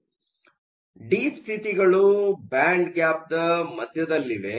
ಆದ್ದರಿಂದ ಡೀಪ್ ಸ್ಥಿತಿಗಳು ಗಳು ಬ್ಯಾಂಡ್ ಗ್ಯಾಪ್ ದ ಮಧ್ಯದಲ್ಲಿವೆ